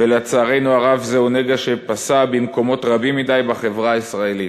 ולצערנו הרב זהו נגע שפשה במקומות רבים מדי בחברה הישראלית.